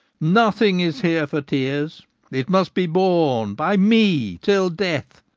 nothing is here for tears it must be borne by me till death,